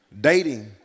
Dating